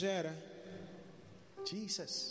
Jesus